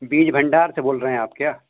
बीज भंडार से बोल रहे हैं आप क्या